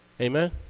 Amen